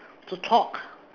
to talk